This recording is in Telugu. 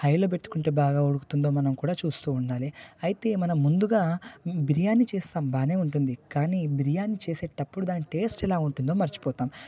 హైలో పెట్టుకుంటే బాగా ఉడుకుతుందో మనం కూడా చూస్తు ఉండాలి అయితే మనం ముందుగా బిర్యానీ చేసాం బాగానే ఉంటుంది కానీ బిర్యానీ చేసేటప్పుడు దాని టేస్ట్ ఎలా ఉంటుందో మర్చిపోతాం